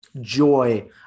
joy